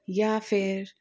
ਜਾਂ ਫਿਰ